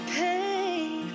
pain